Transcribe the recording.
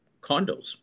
condos